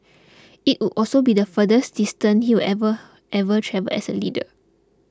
it would also be the furthest distance he will ever ever travelled as a leader